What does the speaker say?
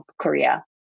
Korea